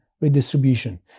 redistribution